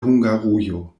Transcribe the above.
hungarujo